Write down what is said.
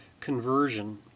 Conversion